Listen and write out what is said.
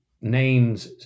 names